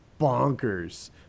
bonkers